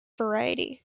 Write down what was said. variety